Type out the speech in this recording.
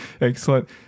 Excellent